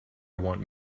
want